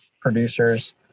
producers